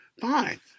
fine